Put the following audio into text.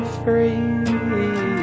free